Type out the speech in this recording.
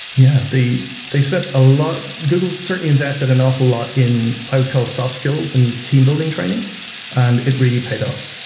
yeah, they spent a lot google certainly invested an awful lot in i would call soft skills and teambuilding training and it really paid off.